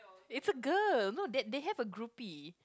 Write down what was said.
it's a girl no that they have a groupie